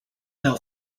now